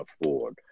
afford